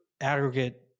aggregate